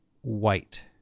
white